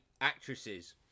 actresses